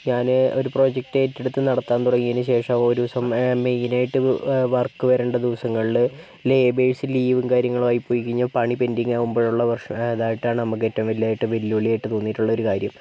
ഞാന് ഒരു പ്രൊജക്റ്റ് ഏറ്റെടുത്ത് നടത്താൻ തുടങ്ങിയതിന് ശേഷം ഒരു ദിവസം മെയിൻ ആയിട്ട് വർക്ക് വരണ്ട ദിവസങ്ങളില് ലേബേഴ്സ് ലീവും കാര്യങ്ങളും ആയിപോയി പിന്നെ പണി പെൻഡിങ് ആകുമ്പോൾ ഉള്ള പ്രശ്നം അതായിട്ടാണ് നമുക്ക് ഏറ്റവും വലിയ ഏറ്റവും വലിയ വെല്ലുവിളി ആയി തോന്നിയിട്ടുള്ളൊരു കാര്യം